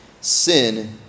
Sin